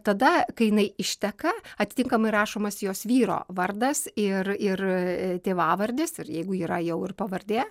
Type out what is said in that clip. tada kai jinai išteka atitinkamai rašomas jos vyro vardas ir ir tėvavardis ir jeigu yra jau ir pavardė